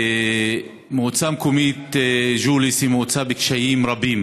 והמועצה המקומית ג'וליס היא מועצה בקשיים רבים.